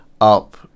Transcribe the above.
up